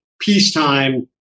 peacetime